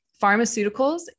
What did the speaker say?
pharmaceuticals